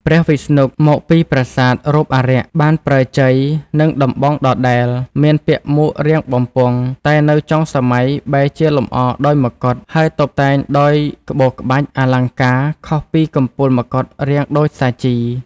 ព្រះវិស្ណុមកពីប្រាសាទរូបអារក្ស បានប្រើជ័យ និងដំបងដដែល មានពាក់មួករាងបំពង់ តែនៅចុងសម័យបែរជាលម្អដោយមកុដ ហើយតុបតែងដោយក្បូរក្បាច់ អលង្ការ ខុសពីកំពូលមកុដរាងដូចសាជី។